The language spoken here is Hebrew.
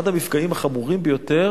אחד המפגעים החמורים ביותר